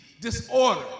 disorder